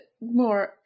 more